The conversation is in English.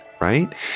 right